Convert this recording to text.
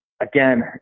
again